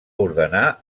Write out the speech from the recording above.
ordenar